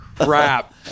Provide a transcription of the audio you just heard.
crap